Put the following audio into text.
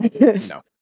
No